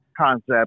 concept